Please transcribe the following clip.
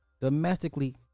Domestically